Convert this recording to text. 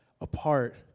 apart